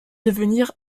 devenir